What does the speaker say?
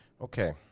Okay